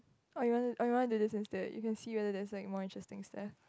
oh you wanna oh you wanna listen to it you can see whether there is more interesting things there